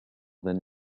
than